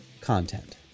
content